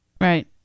Right